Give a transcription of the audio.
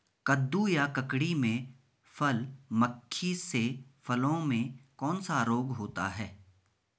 कद्दू या ककड़ी में फल मक्खी से फलों में कौन सा रोग होता है?